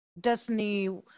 Destiny